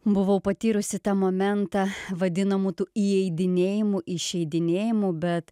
buvau patyrusi tą momentą vadinamų tų įeidinėjimų įšeidinėjimų bet